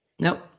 Nope